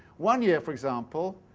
one year, for example,